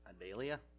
Adelia